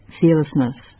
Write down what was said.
Fearlessness